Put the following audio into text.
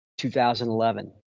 2011